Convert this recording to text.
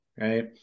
right